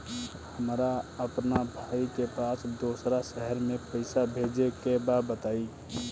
हमरा अपना भाई के पास दोसरा शहर में पइसा भेजे के बा बताई?